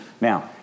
Now